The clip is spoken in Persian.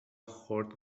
خرد